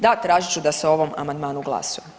Da, tražit ću da se o ovom amandmanu glasuje.